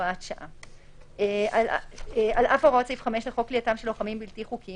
הוראת שעה 16.על אף הוראות סעיף 5 לחוק כליאתם של לוחמים בלתי חוקיים,